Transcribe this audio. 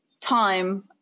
time